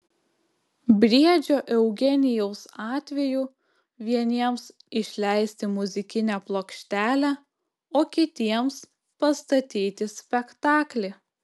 briedžio eugenijaus atveju vieniems išleisti muzikinę plokštelę o kitiems pastatyti spektaklį